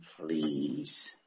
please